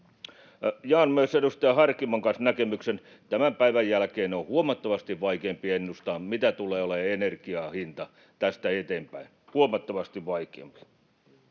Jaan myös edustaja Harkimon kanssa näkemyksen. Tämän päivän jälkeen on huomattavasti vaikeampaa ennustaa, mitä tulee olemaan energianhinta tästä eteenpäin — huomattavasti vaikeampaa.